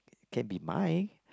can be my